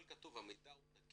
המידע ברור,